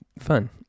fun